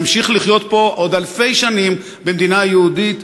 נמשיך לחיות פה עוד אלפי שנים במדינה יהודית.